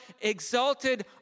exalted